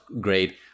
great